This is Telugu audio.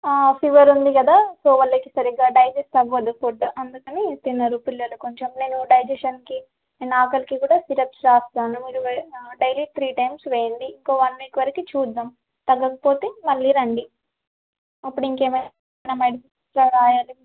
ఫీవర్ ఉంది కదా సో వాళ్ళకి సరిగ్గా డైజెస్ట్ అవ్వదు ఫుడ్ అందుకని తినరు పిల్లలు కొంచెం నేను డైజెషన్కి నేను ఆకలికి కూడా సిరప్స్ రాస్తాను మీరు డైలీ త్రీ టైమ్స్ వెేయండి ఇంకో వన్ వీక్ వరకు చూద్దాం తగ్గకపోతే మళ్ళీ రండి అప్పుడు ఇంకేమైనా మ మెడిసిన్స్ రాయాలి